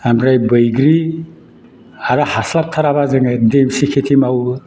ओमफ्राय बैग्रि आरो हास्लाबथाराबा जोङो देमसि खेथि मावो